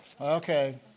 okay